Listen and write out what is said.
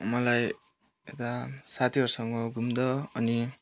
मलाई यता साथीहरूसँग घुम्दा अनि